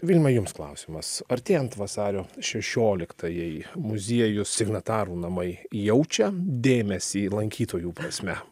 vilma jums klausimas artėjant vasario šešioliktajai muziejus signatarų namai jaučia dėmesį lankytojų prasme